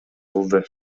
кылды